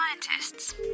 scientists